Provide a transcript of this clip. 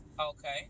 Okay